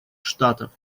штатов